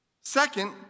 Second